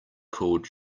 called